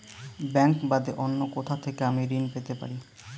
Bank বাদে অন্য কোথা থেকে আমি ঋন পেতে পারি?